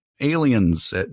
aliens